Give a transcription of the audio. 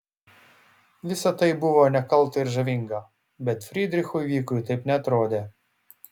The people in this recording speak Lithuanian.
visa tai buvo nekalta ir žavinga bet frydrichui vykui taip neatrodė